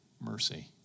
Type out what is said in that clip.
mercy